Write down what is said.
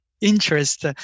interest